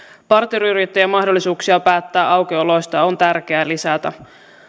parturiyrittäjän mahdollisuuksia päättää aukioloista on tärkeä lisätä